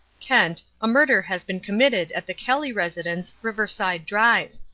kent, a murder has been committed at the kelly residence, riverside drive.